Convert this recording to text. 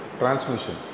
transmission